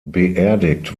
beerdigt